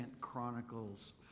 Chronicles